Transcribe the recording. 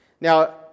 Now